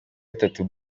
gatanu